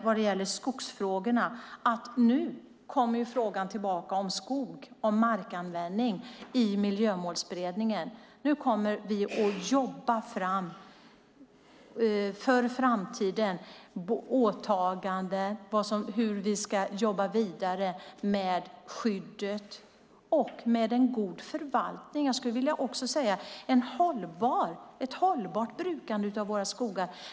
Vad gäller skogsfrågorna vill jag tillägga att frågan om skog och markanvändning i Miljömålsberedningen kommer tillbaka. Nu kommer vi att jobba för framtiden i våra åtaganden, hur vi ska jobba vidare med skyddet och med en god förvaltning. Det handlar om ett hållbart brukande av våra skogar.